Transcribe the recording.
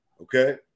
okay